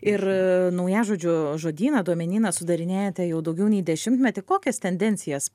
ir naujažodžio žodyną duomenyną sudarinėjate jau daugiau nei dešimtmetį kokias tendencijas